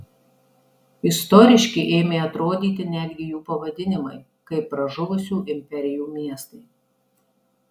istoriški ėmė atrodyti netgi jų pavadinimai kaip pražuvusių imperijų miestai